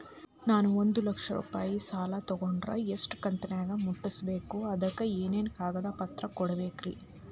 ನಾನು ಒಂದು ಲಕ್ಷ ರೂಪಾಯಿ ಸಾಲಾ ತೊಗಂಡರ ಎಷ್ಟ ಕಂತಿನ್ಯಾಗ ಮುಟ್ಟಸ್ಬೇಕ್, ಅದಕ್ ಏನೇನ್ ಕಾಗದ ಪತ್ರ ಕೊಡಬೇಕ್ರಿ?